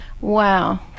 wow